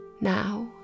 Now